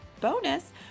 bonus